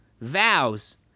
Vows